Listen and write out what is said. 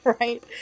Right